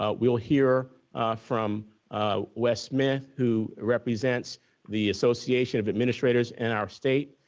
ah we'll hear from ah wes smith who represents the association of administrators in our state.